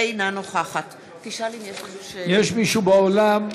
אינה נוכחת יש מישהו באולם